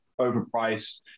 overpriced